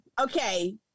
okay